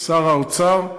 שר האוצר.